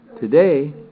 today